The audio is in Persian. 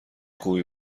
خوبی